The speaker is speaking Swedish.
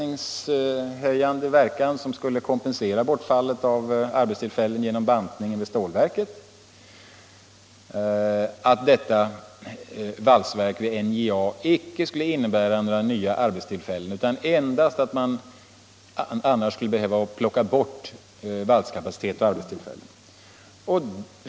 När jag var i Norrbotten gjorde jag gällande i ett uttalande att det nya valsverk som man talar om inte skulle innebära nya arbetstillfällen utan endast att man, om inte detta valsverk görs, skulle behöva plocka bort valskapacitet och arbetstillfällen.